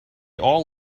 all